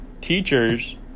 teachers